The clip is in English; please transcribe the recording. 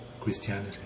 Christianity